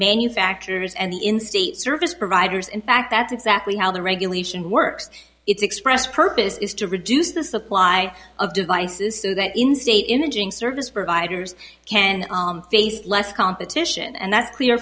manufacturers and the in state service providers in fact that's exactly how the regulation works it's expressed purpose is to reduce the supply of devices so that in state imaging service providers can face less competition and that's clear